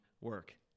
work